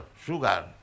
sugar